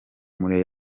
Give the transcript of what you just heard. muri